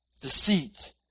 deceit